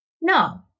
No